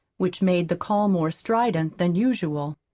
which made the call more strident than usual.